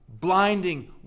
Blinding